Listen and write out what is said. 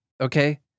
okay